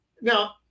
Now